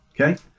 Okay